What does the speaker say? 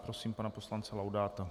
Prosím pana poslance Laudáta.